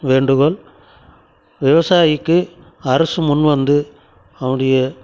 வேண்டுகோள் விவசாயிக்கு அரசு முன்வந்து அவங்கவுடைய